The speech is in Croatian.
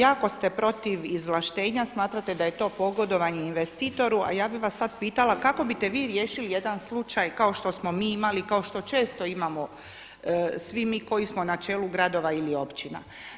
Jako ste protiv izvlaštenja, smatrate da je to pogodovanje investitoru, a ja bih vas sada pitala kao bite vi riješili jedan slučaj kao što smo mi imali, kao što smo mi imali, kao što često imamo svi mi koji smo na čelu gradova ili općina.